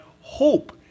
hope